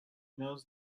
knows